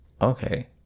okay